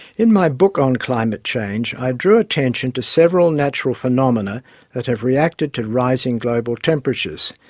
in my book on climate change i drew attention to several natural phenomena that have reacted to rising global temperatures,